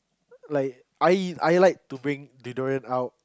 like I I like to bring deodorant out